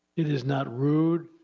it is not rude,